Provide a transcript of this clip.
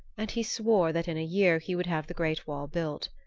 and he swore that in a year he would have the great wall built.